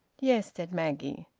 yes, said maggie.